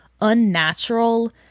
unnatural